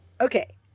Okay